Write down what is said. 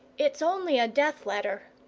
it's only a death-letter.